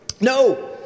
No